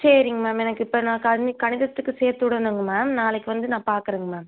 சரிங்க மேம் எனக்கு இப்போ நான் கணி கணிதத்துக்கு சேர்த்து விடனுங்க மேம் நாளைக்கு வந்து நான் பார்க்குறேங்க மேம்